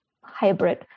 hybrid